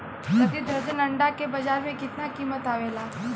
प्रति दर्जन अंडा के बाजार मे कितना कीमत आवेला?